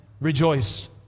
Rejoice